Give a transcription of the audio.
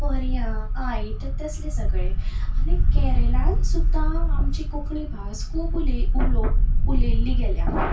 पर्यां आयत तसले सगले आनी केरलान सुद्दां आमची कोंकणी भास खूब उलय उले उलयल्ली गेल्या